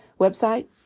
website